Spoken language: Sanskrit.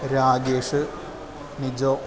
रागेषः निजः